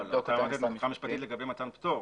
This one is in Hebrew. אתה נתת את עמדתך המשפטית לגבי מתן פטור.